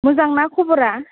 मोजां ना खब'रा